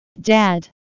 Dad